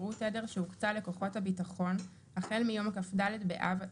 תדר שהוקצה לכוחות הביטחון החל מיום כ"ד באב,